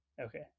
Okay